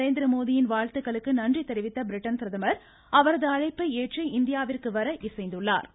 நரேந்திரமோடியின் வாழ்த்துக்களுக்கு நன்றி தெரிவித்த பிரிட்டன் பிரதமா் அவரது அழைப்பை ஏற்று இந்தியாவிற்கு வர இசைந்துள்ளாா்